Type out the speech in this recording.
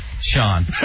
Sean